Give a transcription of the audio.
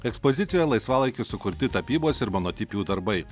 ekspozicijoje laisvalaikiu sukurti tapybos ir monotipijų darbai